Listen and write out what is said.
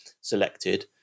selected